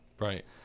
right